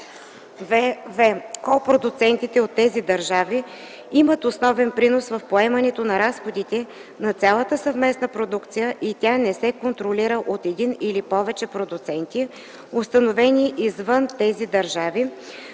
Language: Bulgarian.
вв) копродуцентите от тези държави имат основен принос в поемането на разходите на цялата съвместна продукция и тя не се контролира от един или повече продуценти, установени извън тези държави,